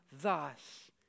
thus